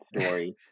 story